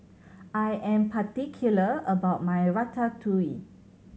I am particular about my Ratatouille